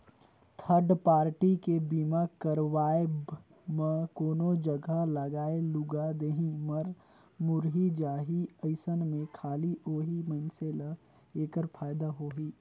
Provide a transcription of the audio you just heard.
third party के बीमा करवाब म कोनो जघा लागय लूगा देही, मर मुर्री जाही अइसन में खाली ओही मइनसे ल ऐखर फायदा होही